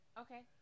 Okay